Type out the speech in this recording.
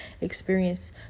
experience